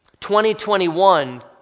2021